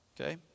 okay